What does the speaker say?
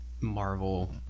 marvel